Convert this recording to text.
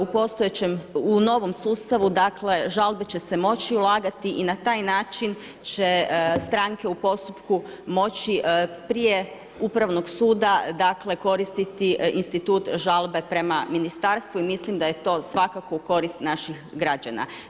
U novom sustavu dakle žalbe će se moći ulagati i na taj način će stranke u postupku moći prije upravnog suda dakle koristiti institut žalbe prema ministarstvu i mislim da je to svakako u korist naših građana.